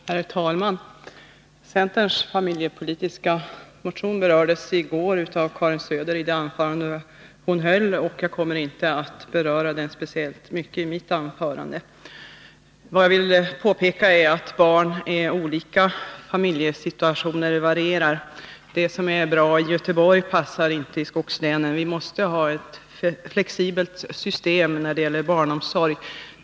Herr talman! Centerns familjepolitiska motion berördes i går av Karin Söder i det anförande hon höll. Jag kommer inte att beröra den speciellt i mitt anförande. Vad jag vill påpeka är att barn är olika. Familjesituationen varierar. Det som är bra i Göteborg passar inte i skogslänen. Vi måste ha ett flexibelt system när det gäller barnomsorg.